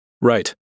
Right